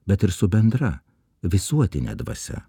bet ir su bendra visuotine dvasia